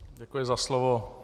Děkuji za slovo.